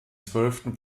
zwölften